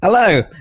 Hello